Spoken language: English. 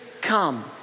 come